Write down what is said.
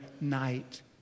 night